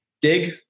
dig